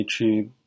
YouTube